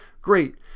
great